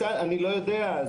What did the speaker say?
אני לא יודע.